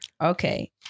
okay